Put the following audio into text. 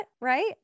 right